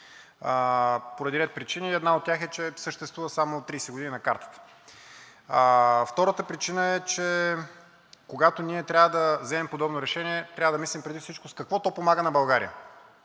поради ред причини. Една от тях е, че съществува само от 30 години на картата. Втората причина е, че когато ние трябва да вземем подобно решение, трябва да мислим преди всичко с какво то помага на България,